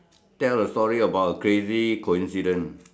tell a story about a crazy coincidence